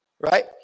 Right